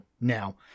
now